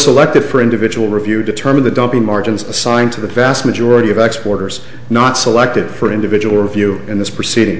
selected for individual review determine the dumpy margins assigned to the vast majority of exports not selected for individual review in this proceeding